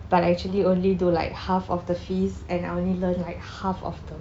but actually only do like half of the fees and I only learn like half of the